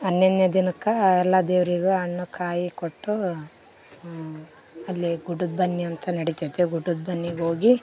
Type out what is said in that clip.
ಹನ್ನೊಂದನೆ ದಿನಕ್ಕೆ ಎಲ್ಲ ದೇವರಿಗೂ ಹಣ್ಣು ಕಾಯಿ ಕೊಟ್ಟು ಅಲ್ಲೇ ಗುಡ್ಡದ ಬನ್ನಿ ಅಂತ ನಡಿತೈತೆ ಗುಡ್ಡದ ಬನ್ನಿಗೆ ಹೋಗಿ